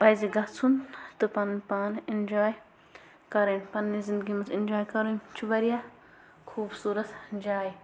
پَزِ گَژھُن تہٕ پَنُن پان اٮ۪نجاے کَرٕنۍ پَنٛنہِ زنٛدگی منٛز اٮ۪نجاے کَرٕنۍ چھِ واریاہ خوبصوٗرَت جایہِ